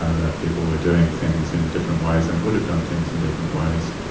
ah that people were doing things in different ways and would have done things in different ways.